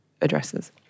addresses